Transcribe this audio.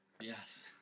Yes